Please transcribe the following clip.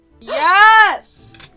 Yes